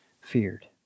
feared